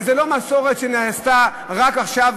וזו לא מסורת שנעשתה רק עכשיו,